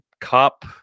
cop